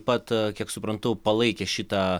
pat kiek suprantu palaikė šitą